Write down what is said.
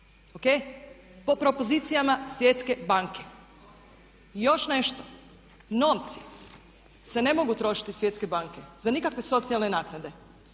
Po propozicijama Svjetske banke. I još nešto, novci se ne mogu trošiti iz Svjetske banke za nikakve socijalne naknade.